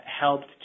helped